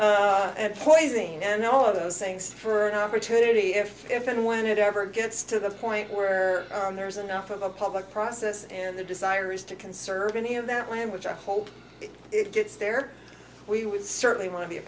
and poising and all of those things for an opportunity if if and when it ever gets to the point where there's enough of a public process and the desire is to conserve any of that land which i hope it gets there we would certainly want to be a